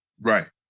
Right